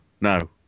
No